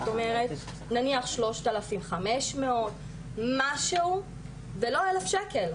זאת אומרת נניח 3,500 ₪, משהו ולא 1000 ₪,